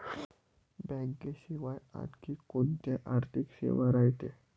बँकेशिवाय आनखी कोंत्या आर्थिक सेवा रायते?